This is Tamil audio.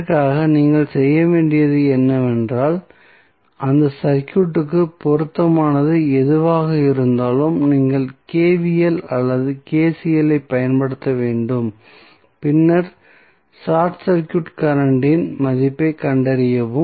இதற்காக நீங்கள் செய்ய வேண்டியது என்னவென்றால் அந்த சர்க்யூட்க்கு பொருத்தமானது எதுவாக இருந்தாலும் நீங்கள் KVL அல்லது KCL ஐப் பயன்படுத்த வேண்டும் பின்னர் ஷார்ட் சர்க்யூட் கரண்ட் இன் மதிப்பைக் கண்டறியவும்